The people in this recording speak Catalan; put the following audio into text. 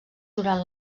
durant